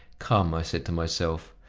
come, i said to myself,